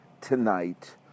tonight